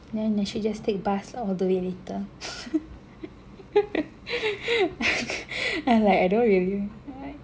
then next week just take bus all the way later I like I don't really